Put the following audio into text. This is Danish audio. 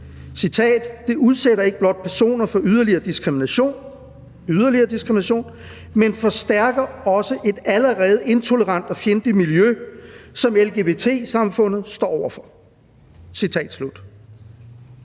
det: »Det udsætter ikke blot personer for yderligere diskrimination, men forstærker også et allerede intolerant og fjendtligt miljø, som LGBTI-samfundet står overfor.« Ikke